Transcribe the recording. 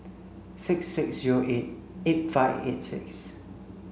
six six zero eight eight five eight six